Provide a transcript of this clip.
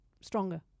stronger